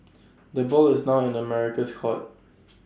the ball is now in America's court